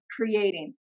creating